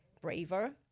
braver